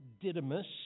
Didymus